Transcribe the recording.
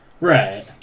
Right